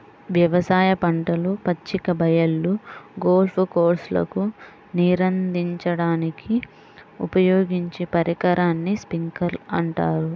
వ్యవసాయ పంటలు, పచ్చిక బయళ్ళు, గోల్ఫ్ కోర్స్లకు నీరందించడానికి ఉపయోగించే పరికరాన్ని స్ప్రింక్లర్ అంటారు